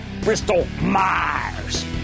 Bristol-Myers